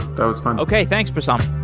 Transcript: that was fun. okay. thanks, but um